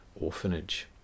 orphanage